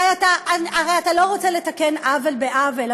הרי אתה לא רוצה לתקן עוול בעוול,